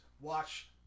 Watch